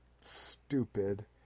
stupid